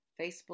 Facebook